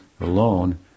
alone